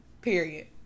period